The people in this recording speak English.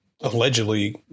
allegedly